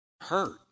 hurt